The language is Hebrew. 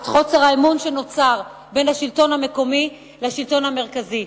את חוסר האמון שנוצר בין השלטון המקומי לשלטון המרכזי.